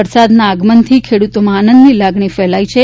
વરસાદના આગમનથી ખેડૂતોમાં આનંદની લાગણી ફેલાઇ છે